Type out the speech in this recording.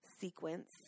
sequence